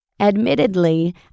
Admittedly